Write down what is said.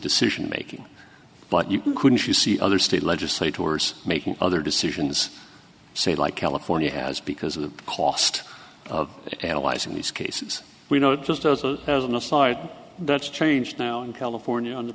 decision making but you couldn't you see other state legislators making other decisions say like california has because of the cost of analyzing these cases we know just as a as an aside that's changed now in california on the